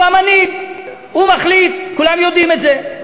הוא המנהיג, הוא מחליט, כולם יודעים את זה.